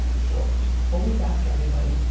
always ask everybody,